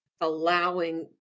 allowing